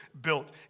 built